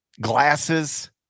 glasses